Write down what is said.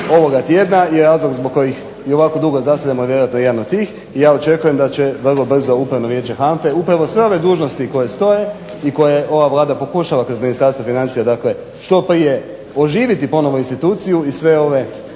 ovoga tjedna je razlog zbog kojeg i ovako dugo zasjedamo je vjerojatno jedan od tih. I ja očekujem da će vrlo brzo Upravno vijeće HANFA-e upravo sve ove dužnosti koje stoje i koje ova Vlada pokušava kroz Ministarstvo financija dakle što prije oživiti ponovno instituciju i sve ove